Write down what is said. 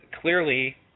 clearly